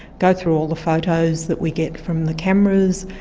go through all the photos that we get from the cameras,